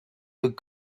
look